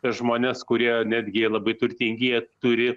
žmonės kurie netgi labai turtingi jie turi